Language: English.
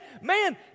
man